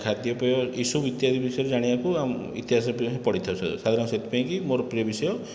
ଖାଦ୍ୟପେୟ ଏସବୁ ଇତ୍ୟାଦି ବିଷୟରେ ଜାଣିବାକୁ ଆମ୍ ଇତିହାସ ପ୍ରିୟ ହିଁ ପଢ଼ିଥାଉ ସାଧାରଣତଃ ସେଥିପାଇଁକି ମୋର ପ୍ରିୟ ବିଷୟ